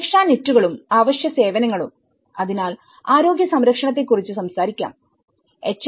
സുരക്ഷാ നെറ്റുകളും അവശ്യ സേവനങ്ങളും അതിനാൽ ആരോഗ്യ സംരക്ഷണത്തെക്കുറിച്ച് സംസാരിക്കാം എച്ച്